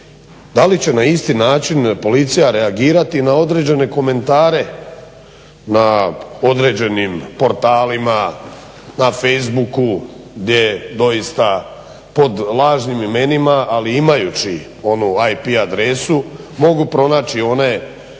Da li će na isti način Policija reagirati i na određene komentare na određenim portalima, na facebooku gdje doista pod lažnim imenima ali i imajući onu IP adresu mogu pronaći one